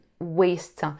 waste